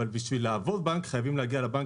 אבל בשביל לעבור בנק חייבים להגיע לבנק